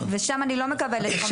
שם הוא לא מקבל את חומר הראיות.